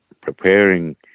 preparing